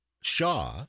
Shaw